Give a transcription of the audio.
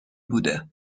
بوده